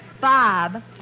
Bob